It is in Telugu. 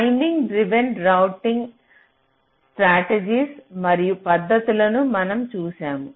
టైమింగ్ డ్రివెన్ రౌటింగ్ స్ట్రాటజీ మరియు పద్ధతులను మనం చూశాము